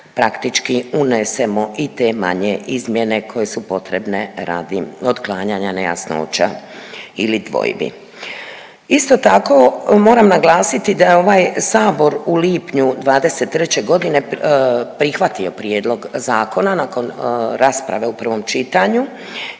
praktički unesemo i te manje izmjene koje su potrebne radi otklanjanja nejasnoća ili dvojbi. Isto tako, moram naglasiti da je ovaj sabor u lipnju '23. godine prihvatio prijedlog zakona nakon rasprave u prvom čitanju